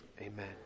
Amen